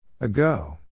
Ago